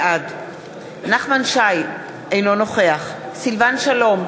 בעד נחמן שי, אינו נוכח סילבן שלום,